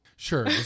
Sure